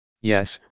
Yes